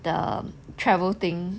the travel thing